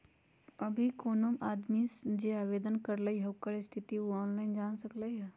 अभी कोनो आदमी जे आवेदन करलई ह ओकर स्थिति उ ऑनलाइन जान सकलई ह